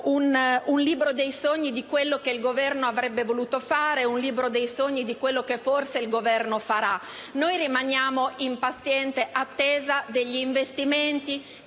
un libro dei sogni di quello che il Governo avrebbe voluto fare e di quello che forse il Governo farà. Noi rimaniamo in paziente attesa degli investimenti